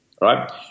right